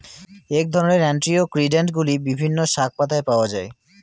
এই ধরনের অ্যান্টিঅক্সিড্যান্টগুলি বিভিন্ন শাকপাতায় পাওয়া য়ায়